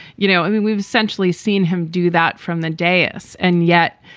you know, i mean, we've essentially seen him do that from the dais. and yet,